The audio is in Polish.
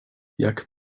jak